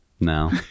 No